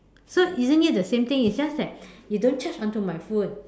so isn't it the same thing it's just that you don't charge onto my phone